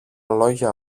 λόγια